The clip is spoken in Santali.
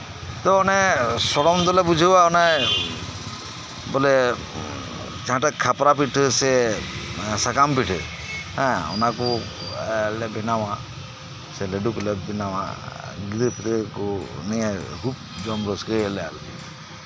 ᱛᱚ ᱚᱱᱮ ᱥᱚᱲᱚᱢ ᱫᱚᱞᱮ ᱵᱩᱡᱷᱟᱹᱣᱟ ᱵᱚᱞᱮ ᱡᱟᱦᱟᱸᱴᱟᱜ ᱠᱷᱟᱯᱨᱟ ᱯᱤᱴᱷᱟᱹ ᱥᱮ ᱥᱟᱠᱟᱢ ᱯᱤᱴᱷᱟᱹ ᱚᱱᱟ ᱠᱚ ᱞᱮ ᱵᱮᱱᱟᱣᱟ ᱥᱮ ᱞᱟᱹᱰᱩ ᱠᱚᱞᱮ ᱵᱮᱱᱟᱣᱟ ᱜᱤᱫᱽᱨᱟᱹ ᱯᱤᱫᱽᱨᱟᱹ ᱠᱚ ᱠᱷᱩᱵ ᱡᱚᱢ ᱨᱟᱹᱥᱠᱟᱹᱭᱟᱞᱮ ᱟᱨᱠᱤ